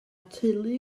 teulu